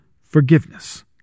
forgiveness